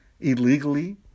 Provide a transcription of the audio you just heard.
illegally